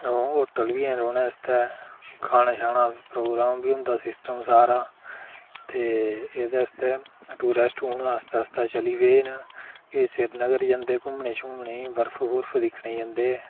hotel बी है'न रौह्ने आस्तै खाने शाने दा प्रोग्राम बी होंदा सिस्टम सारा ते एह्दे आस्तै टुरिस्ट हू'न आस्तै आस्तै चली पे न एह् सिरीनगर जंदे घुम्मने शुम्मने ई बर्फ बुर्फ दिक्खने ई जंदे